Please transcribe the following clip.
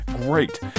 great